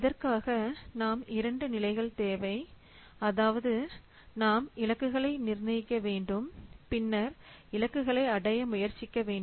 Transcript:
இதற்காக நமக்கு இரண்டு நிலைகள் தேவை அதாவது நாம் இலக்குகளை நிர்ணயிக்க வேண்டும் பின்னர் இலக்குகளை அடைய முயற்சிக்க வேண்டும்